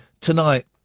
tonight